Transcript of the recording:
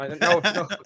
No